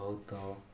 ବହୁତ